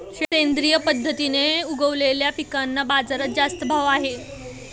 सेंद्रिय पद्धतीने उगवलेल्या पिकांना बाजारात जास्त भाव आहे